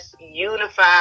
unify